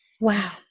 Wow